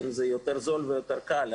אז זה יותר זול ויותר קל,